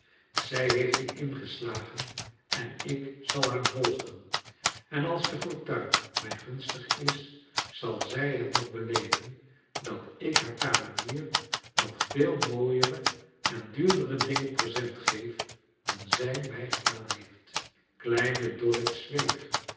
zij heeft dien ingeslagen en ik zal haar volgen en als de fortuin mij gunstig is zal zij het nog beleven dat ik haar kamenier nog veel mooicre en daurdere dingen present geef dan zij mij gedaan heeft kleine dorrit zweeg